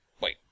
Wait